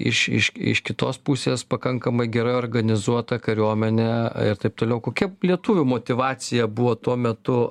iš iš iš kitos pusės pakankamai gerai organizuota kariuomenė ir taip toliau kokia lietuvių motyvacija buvo tuo metu